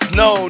no